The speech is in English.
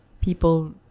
people